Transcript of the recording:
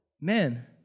men